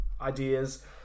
ideas